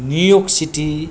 New York city